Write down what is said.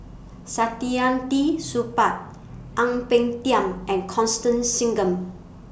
Saktiandi Supaat Ang Peng Tiam and Constance Singam